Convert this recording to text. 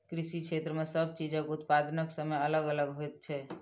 कृषि क्षेत्र मे सब चीजक उत्पादनक समय अलग अलग होइत छै